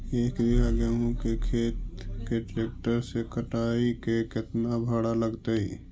एक बिघा गेहूं के खेत के ट्रैक्टर से कटाई के केतना भाड़ा लगतै?